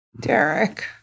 Derek